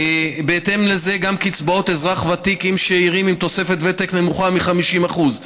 בהתאם לזה גם קצבאות אזרח ותיק עם שאירים עם תוספת ותק נמוכה מ-50%;